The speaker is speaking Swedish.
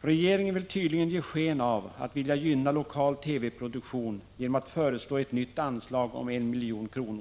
Regeringen söker tydligen ge sken av att vilja gynna lokal TV-produktion genom att föreslå ett nytt anslag om 1 milj.kr.